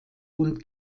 und